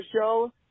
show